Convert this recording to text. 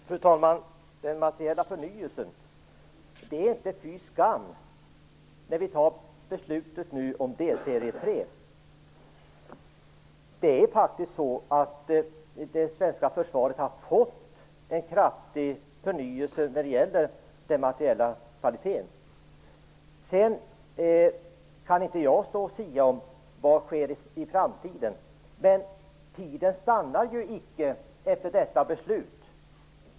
Fru talman! Vad gäller den materiella förnyelsen är det inte fy skam att vi nu fattar beslutet om delserie tre. Det svenska försvaret har faktiskt genomgått en stark förnyelse när det gäller materiel och kvalitet. Jag kan inte sia om vad som sker i framtiden. Men tiden stannar ju självfallet icke efter detta beslut.